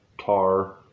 Tar